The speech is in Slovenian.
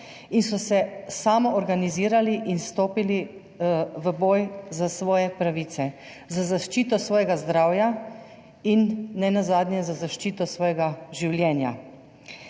in so se samoorganizirali in stopili v boj za svoje pravice, za zaščito svojega zdravja in nenazadnje za zaščito svojega življenja.